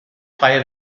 freie